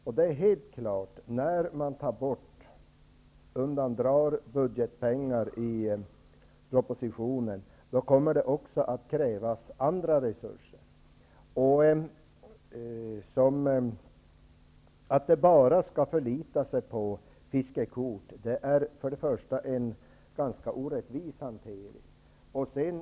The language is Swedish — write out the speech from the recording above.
När man i propositionen föreslår att ta bort pengar från budgeten kommer det att krävas andra resurser också. Att bara förlita sig på inkomsterna från fiskekort är för det första en ganska orättvis hantering.